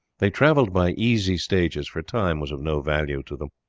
they travelled by easy stages, for time was of no value to them.